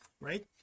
right